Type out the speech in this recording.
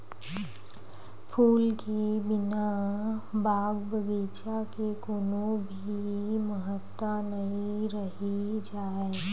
फूल के बिना बाग बगीचा के कोनो भी महत्ता नइ रहि जाए